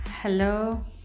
Hello